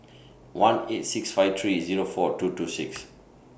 one eight six five three Zero four two two six